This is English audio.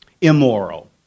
immoral